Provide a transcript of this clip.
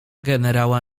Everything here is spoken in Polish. generała